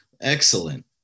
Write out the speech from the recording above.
Excellent